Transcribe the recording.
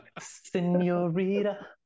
Senorita